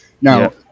Now